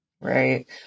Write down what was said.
Right